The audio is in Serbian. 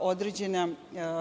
određena